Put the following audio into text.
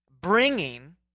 bringing